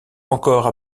encore